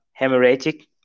hemorrhagic